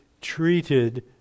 treated